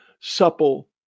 supple